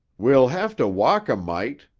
we'll have to walk a mite,